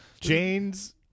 Jane's